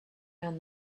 and